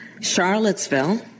Charlottesville